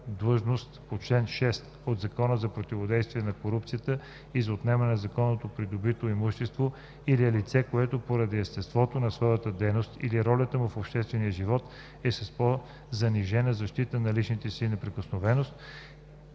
длъжност по чл. 6 от Закона за противодействие на корупцията и за отнемане на незаконно придобитото имущество, или е лице, което поради естеството на своята дейност или ролята му в обществения живот, е с по-занижена защита на личната си неприкосновеност,